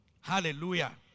Hallelujah